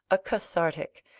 a cathartic,